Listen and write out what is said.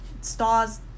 stars